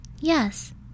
yes